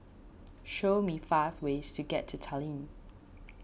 show me five ways to get to Tallinn